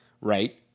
right